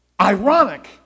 Ironic